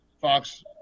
Fox